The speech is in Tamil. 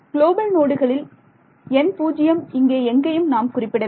குளோபல் நோடுகளில் எண் 0 இங்கே எங்கேயும் நாம் குறிப்பிடவில்லை